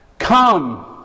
Come